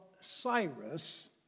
Cyrus